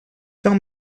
tell